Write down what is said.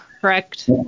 correct